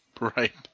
Right